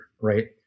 right